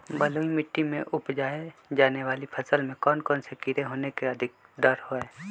बलुई मिट्टी में उपजाय जाने वाली फसल में कौन कौन से कीड़े होने के अधिक डर हैं?